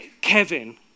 Kevin